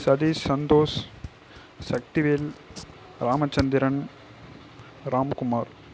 Satish Santhosh Sakthivel Ramachandran Ramkumar